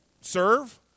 serve